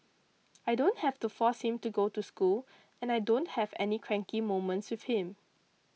I don't have to force him to go to school and I don't have any cranky moments with him